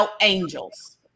angels